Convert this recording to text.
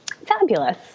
Fabulous